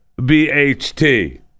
BHT